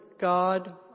God